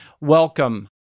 welcome